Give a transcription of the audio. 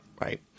right